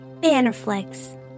Bannerflex